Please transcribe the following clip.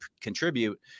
contribute